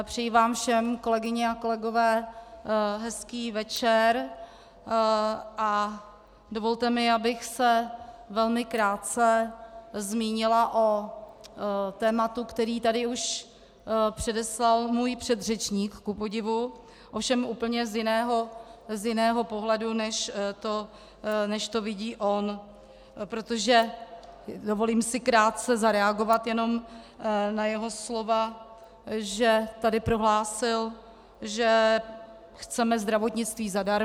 Přeji vám všem, kolegyně a kolegové, hezký večer a dovolte mi, abych se velmi krátce zmínila o tématu, které tady už předeslal můj předřečník kupodivu, ovšem z úplně jiného pohledu, než to vidí on, protože dovolím si krátce zareagovat jenom na jeho slova, že tady prohlásil, že chceme zdravotnictví zadarmo.